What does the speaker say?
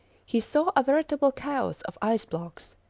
he saw a veritable chaos of ice-blocks,